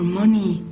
money